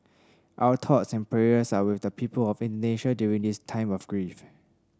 our thoughts and prayers are with the people of Indonesia during this time of grief